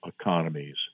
economies